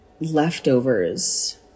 leftovers